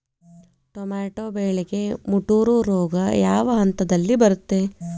Tomato ಬೆಳೆಗೆ ಮುಟೂರು ರೋಗ ಯಾವ ಹಂತದಲ್ಲಿ ಬರುತ್ತೆ?